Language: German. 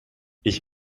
ich